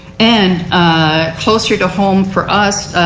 and ah closer to home for us,